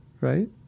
right